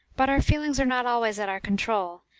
but our feelings are not always at our control,